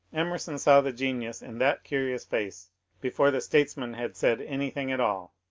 emerson saw the genius in that curious face before the statesman had said anything at all.